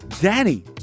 Danny